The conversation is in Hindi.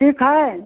ठीक है